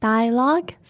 Dialogue